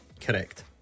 Correct